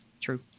True